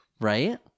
right